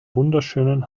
wunderschönen